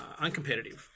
uncompetitive